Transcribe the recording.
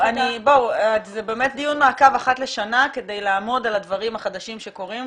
זה באמת דיון מעקב אחת לשנה כדי לעמוד על הדברים החדשים שקורים.